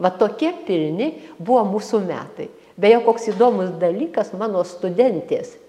va tokie pilni buvo mūsų metai beje koks įdomus dalykas mano studentės